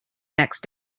next